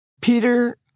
Peter